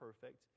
perfect